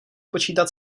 počítat